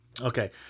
Okay